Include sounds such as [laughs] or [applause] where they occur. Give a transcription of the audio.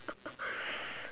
[laughs]